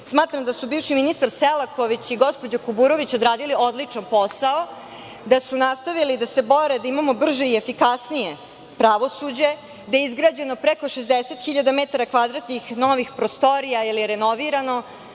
Smatram da su bivši ministar Selaković i gospođa Kuburović odradili odličan posao, da su nastavili da se bore da imamo brže i efikasnije pravosuđe, da je izgrađeno preko 60 hiljada metara kvadratnih novih prostorija ili je renovirano.